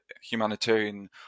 humanitarian